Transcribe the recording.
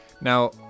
now